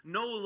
no